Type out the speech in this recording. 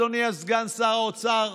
אדוני סגן האוצר,